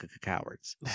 cowards